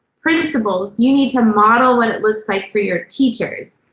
principals, you need to model what it looks like for your teachers.